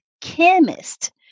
chemist